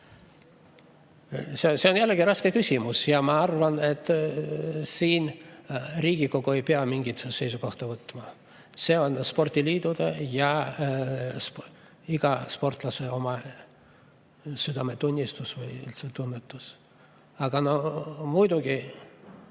See on jällegi raske küsimus. Ma arvan, et Riigikogu ei pea siin mingit seisukohta võtma. See on spordiliitude ja iga sportlase oma südametunnistus või tunnetus. Aga muidugi,